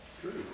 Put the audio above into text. True